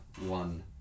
one